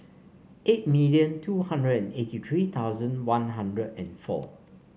eight million two hundred and eighty three thousand One Hundred and four